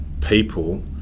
people